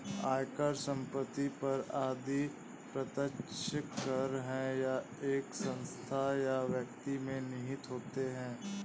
आयकर, संपत्ति कर आदि प्रत्यक्ष कर है यह एक संस्था या व्यक्ति में निहित होता है